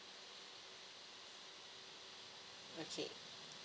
okay